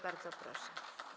Bardzo proszę.